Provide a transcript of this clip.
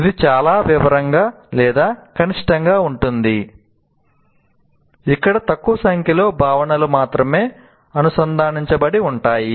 ఇది చాలా వివరంగా లేదా కనిష్టంగా ఉంటుంది ఇక్కడ తక్కువ సంఖ్యలో భావనలు మాత్రమే అనుసంధానించబడి ఉంటాయి